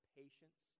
patience